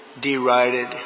derided